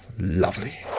Lovely